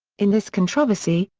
in this controversy,